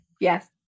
Yes